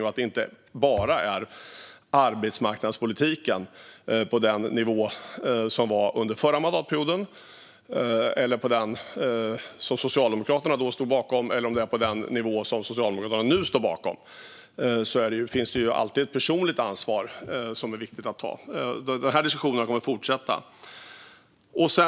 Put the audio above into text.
Oavsett om arbetsmarknadspolitiken är på den nivå som gällde under den förra mandatperioden, det vill säga den nivå som Socialdemokraterna stod bakom då, eller på den nivå som Socialdemokraterna nu står bakom finns det alltid ett personligt ansvar som det är viktigt att ta. Den här diskussionen kommer att fortsätta.